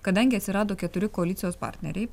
kadangi atsirado keturi koalicijos partneriai